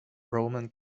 roman